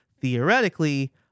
theoretically